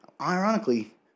Ironically